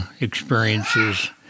experiences